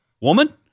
Woman